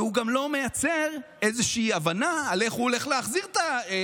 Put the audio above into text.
והוא גם לא מייצר איזושהי הבנה איך הוא הולך להחזיר את ההלוואות,